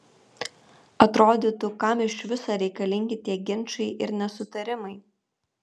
atrodytų kam iš viso reikalingi tie ginčai ir nesutarimai